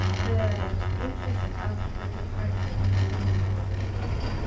the interest of the department within the university,